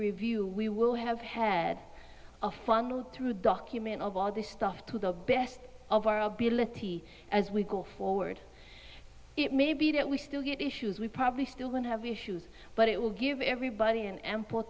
review we will have head a funnel through document of all this stuff to the best of our ability as we go forward it may be that we still get issues we probably still going to have issues but it will give everybody an ample